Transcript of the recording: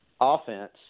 offense